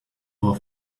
our